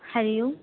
हरिः ओम्